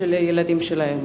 של הילדים שלהם.